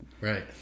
Right